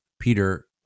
Peter